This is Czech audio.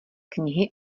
knihy